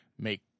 make